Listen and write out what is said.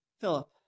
Philip